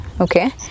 okay